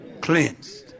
cleansed